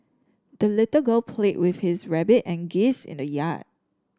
the little girl played with his rabbit and geese in the yard